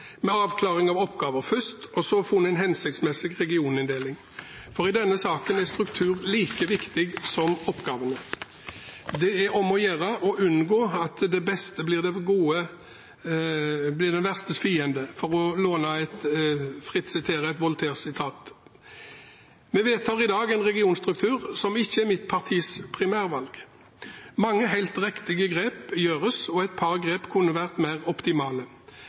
med avklaring av oppgaver først og så ha funnet en hensiktsmessig regioninndeling, for i denne saken er struktur like viktig som oppgavene. Det er om å gjøre å unngå at det beste blir det godes verste fiende, for fritt å sitere Voltaire. Vi vedtar i dag en regionstruktur som ikke er mitt partis primærvalg. Mange helt riktige grep gjøres, og et par grep kunne vært mer optimale.